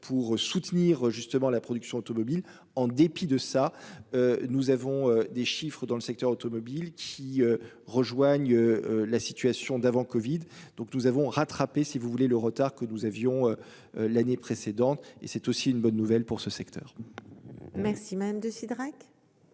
pour soutenir justement la production automobile en dépit de ça. Nous avons des chiffres dans le secteur automobile qui rejoignent la situation d'avant Covid. Donc nous avons rattrapé si vous voulez le retard que nous avions. L'année précédente et c'est aussi une bonne nouvelle pour ce secteur. Merci madame de Cidrac.